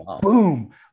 boom